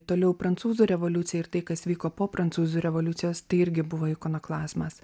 toliau prancūzų revoliucija ir tai kas vyko po prancūzų revoliucijos tai irgi buvo ikonoklazmas